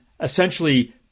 essentially